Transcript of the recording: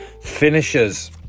finishes